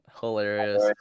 Hilarious